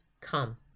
Come